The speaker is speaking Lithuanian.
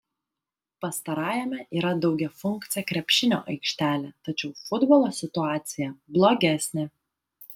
pastarajame yra daugiafunkcė krepšinio aikštelė tačiau futbolo situacija blogesnė